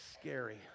scary